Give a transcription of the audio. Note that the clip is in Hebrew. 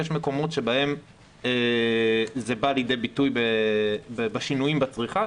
יש מקומות שבהם זה בא לידי ביטוי בשינויים בצריכה.